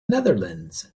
netherlands